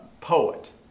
poet